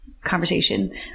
conversation